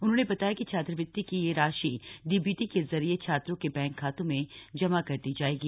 उन्होंने बताया कि छात्रवृत्ति की यह राशि डीबीटी के जरिए छात्रों के बैंक खातों में जमा करा दी जाएगी